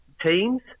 teams